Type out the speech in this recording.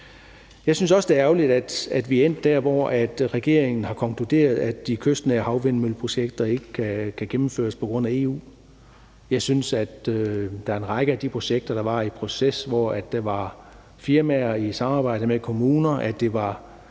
Jeg synes også, det er ærgerligt, at vi er endt der, hvor regeringen har konkluderet, at de kystnære havvindmølleprojekter ikke kan gennemføres på grund af EU. En række af de projekter, der var i proces, hvor der var firmaer, der samarbejde med kommuner, og hvor